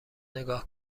نگاه